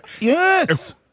Yes